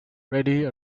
ready